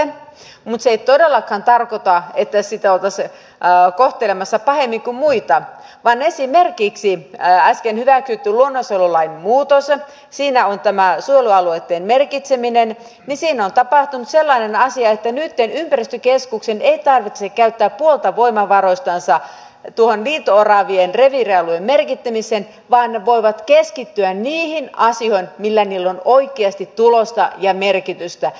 mutta se ei todellakaan tarkoita että sitä oltaisiin kohtelemassa pahemmin kuin muita vaan kun esimerkiksi äsken on hyväksytty luonnonsuojelulain muutos ja siinä on tämä suojelualueitten merkitseminen niin siinä on tapahtunut sellainen asia että nytten ympäristökeskusten ei tarvitse käyttää puolta voimavaroistansa liito oravien reviirialueiden merkitsemiseen vaan ne voivat keskittyä niihin asioihin millä on oikeasti tulosta ja merkitystä